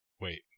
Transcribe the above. Wait